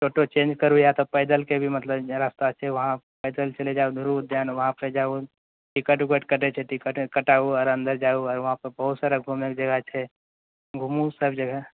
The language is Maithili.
टो टो चेंज करु यऽ तऽ पैदलके भी मतलब रास्ता छै वहाँ पैदल चलि जाउ ध्रुव उद्यान वहाँ जाउ टिकट विकट कटै छै टिकट कटाउ आउर अन्दर जाउ वहाँ पर बहुत सारा घुमयके जगह छै घूमू सब जगह